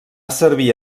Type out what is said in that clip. servir